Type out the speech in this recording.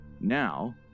Now